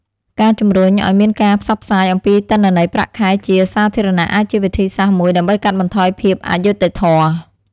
ការជំរុញឱ្យមានការផ្សព្វផ្សាយអំពីទិន្នន័យប្រាក់ខែជាសាធារណៈអាចជាវិធីសាស្ត្រមួយដើម្បីកាត់បន្ថយភាពអយុត្តិធម៌។